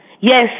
Yes